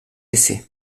essai